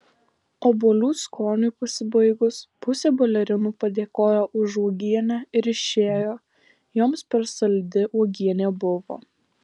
obuolių skoniui pasibaigus pusė balerinų padėkojo už uogienę ir išėjo joms per saldi uogienė buvo